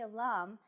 alum